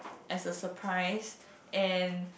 as a surprise and